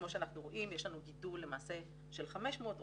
כמו שאנחנו רואים, יש לנו גידול למעשה של 500%